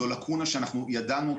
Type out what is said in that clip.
זו לקונה שאנחנו ידענו.